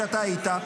כשאתה היית,